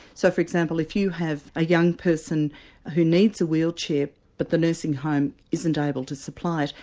so for example if you have a young person who needs a wheelchair but the nursing home isn't able to supply it,